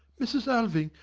mrs. alving,